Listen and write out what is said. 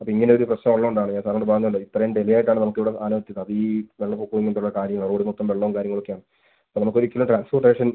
അപ്പോൾ ഇങ്ങനെ ഒരു പ്രശ്നം ഉള്ളത് കൊണ്ടാണ് ഞാൻ സാറിനോട് പറഞ്ജുവല്ലോ ഇത്രയും ഡിലേ ആയിട്ടാണ് നമുക്ക് ഇവിടെ അലേർട്ട് അത് ഈ വെള്ളപ്പൊക്കം ഇങ്ങനത്തെയുള്ള കാര്യങ്ങൾ റോഡ് മൊത്തം വെള്ളം കാര്യങ്ങളൊക്കെയാണ് അപ്പം നമുക്ക് ഒരിക്കലും ട്രാൻസ്പോർട്ടേഷൻ